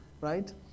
Right